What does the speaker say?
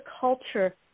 culture